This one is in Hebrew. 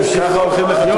ככה אתה הולך לחתונות, אדוני?